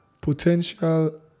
potential